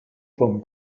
vom